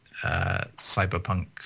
cyberpunk